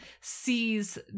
sees